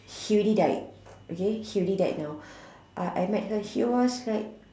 he already died okay he already died now okay he was like